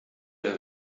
der